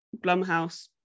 Blumhouse